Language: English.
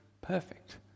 perfect